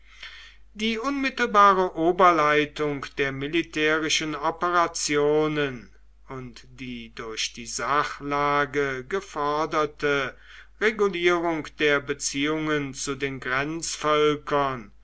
die unmittelbare oberleitung der militärischen operationen und die durch die sachlage geforderte regulierung der beziehungen zu den